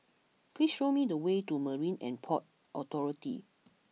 please show me the way to Marine And Port Authority